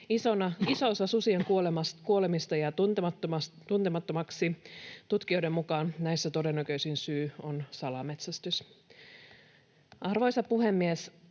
Iso osa susien kuolemista jää tuntemattomaksi. Tutkijoiden mukaan näissä todennäköisin syy on salametsästys. Arvoisa puhemies!